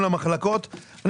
נחזור להצגת תקציב משרד הרווחה.